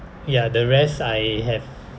ya the rest I have